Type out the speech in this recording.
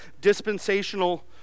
dispensational